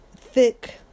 thick